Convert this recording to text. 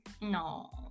No